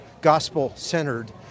gospel-centered